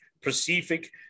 Pacific